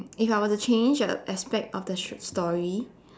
if I were to change the aspect of the sh~ story